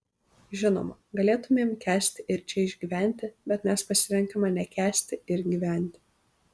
žinoma galėtumėm kęsti ir čia išgyventi bet mes pasirenkame nekęsti ir gyventi